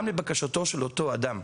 גם לבקשתו של אותו אדם,